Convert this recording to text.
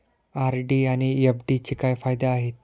RD आणि एफ.डीचे काय फायदे आहेत?